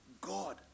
god